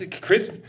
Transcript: Chris